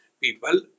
People